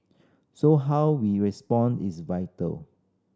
so how we respond is vital